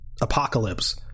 Apocalypse